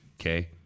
okay